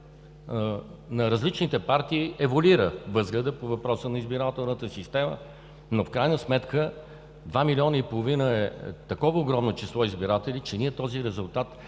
на различните партии еволюира по въпроса на избирателната система. В крайна сметка два милиона и половина е такова огромно число избиратели, че не можем да